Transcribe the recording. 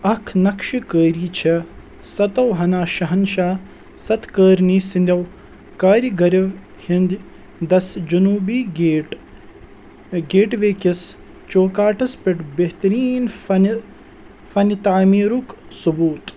اکھ نقشہٕ کٲری چھےٚ ساتواہانا شہنشاہ ستکٲرنی سٕنٛدیو کاری گرو ہِنٛدِ دَس جنوٗبی گیٹ گیٹ وے کِس چوکاٹس پیٚٹھ بہتریٖن فنہٕ فنہٕ تعمیٖرُک ثوبوٗت